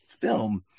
film